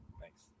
Thanks